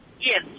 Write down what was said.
Yes